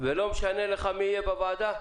ולא משנה לך מי יהיה בוועדה?